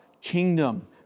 kingdom